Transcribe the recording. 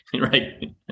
Right